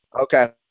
Okay